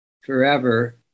forever